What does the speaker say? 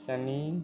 sunny